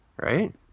Right